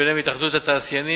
וביניהם התאחדות התעשיינים,